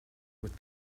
with